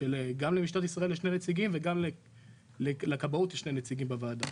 שגם למשטרת ישראל יש שני נציגים וגם לכבאות יש שני נציגים בוועדה.